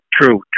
True